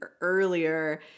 earlier